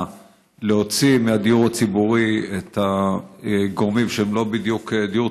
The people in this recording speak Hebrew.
להוציא מהדיור הציבורי את הגורמים שהם לא בדיוק דיור